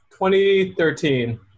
2013